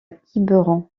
quiberon